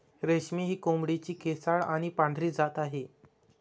रेशमी ही कोंबडीची केसाळ आणि पांढरी जात आहे